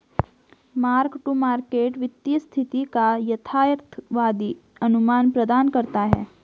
mark to market वित्तीय स्थिति का यथार्थवादी अनुमान प्रदान करता है